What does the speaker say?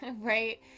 right